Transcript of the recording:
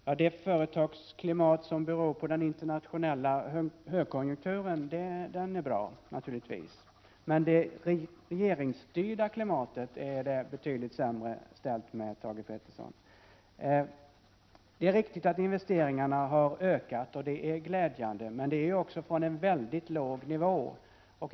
Herr talman! Det företagsklimat som skapats av den internationella högkonjunkturen är naturligtvis bra. Men det regeringsstyrda klimatet är det betydligt sämre ställt med, Thage Peterson. Det är riktigt att investeringarna har ökat, och det är glädjande. Men detta har också skett från en mycket låg nivå.